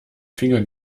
finger